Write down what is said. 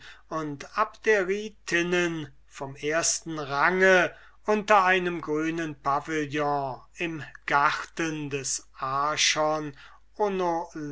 und abderitinnen vom ersten range unter einem grünen pavillon im garten des